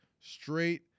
straight